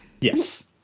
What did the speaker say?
Yes